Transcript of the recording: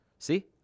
See